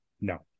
No